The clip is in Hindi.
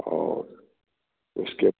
और उसके